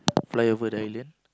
fly over the island